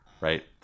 Right